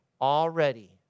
already